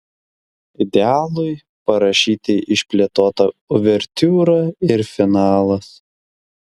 idealui parašyti išplėtota uvertiūra ir finalas